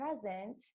present